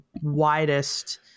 widest